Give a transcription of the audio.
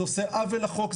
זה עושה עוול לחוק,